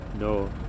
No